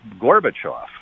Gorbachev